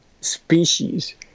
species